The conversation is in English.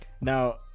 now